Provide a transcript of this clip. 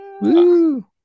Woo